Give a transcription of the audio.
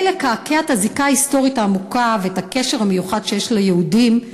לקעקע את הזיקה ההיסטורית העמוקה ואת הקשר המיוחד שיש ליהודים,